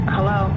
Hello